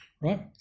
right